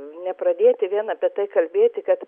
nepradėti vien apie tai kalbėti kad